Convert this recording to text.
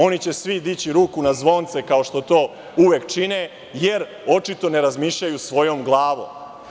Oni će svi dići ruku na zvonce, kao što to uvek čine, jer očito ne razmišljaju svojom glavom.